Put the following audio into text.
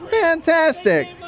Fantastic